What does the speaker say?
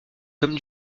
comme